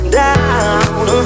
down